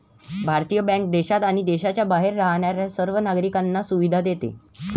भारतीय बँक देशात आणि देशाच्या बाहेर राहणाऱ्या सर्व नागरिकांना सुविधा देते